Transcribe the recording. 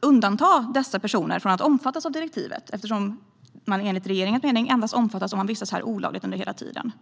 undanta dessa personer från att omfattas av direktivet, eftersom de enligt regeringens mening endast omfattas om de vistas här olagligt under hela tiden.